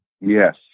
Yes